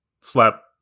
slap